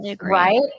Right